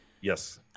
Yes